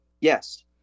Yes